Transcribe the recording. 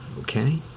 Okay